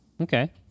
Okay